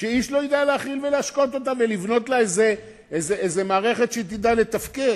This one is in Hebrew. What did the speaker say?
שאיש לא ידע להאכיל ולהשקות ולבנות לה מערכת שתדע לתפקד.